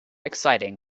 exciting